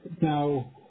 Now